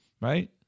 right